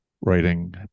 writing